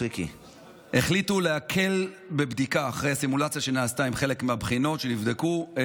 אחרי סימולציה שנעשתה עם חלק מהבחינות שנבדקו,